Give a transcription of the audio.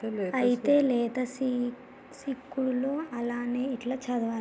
అయితే లేత సిక్కుడులో అలానే తొక్కలలో మాత్రం తక్కువ సెల్యులోస్ ఉంటుంది